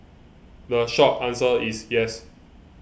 the short answer is yes